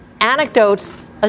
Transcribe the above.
anecdotes